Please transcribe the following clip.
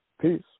Peace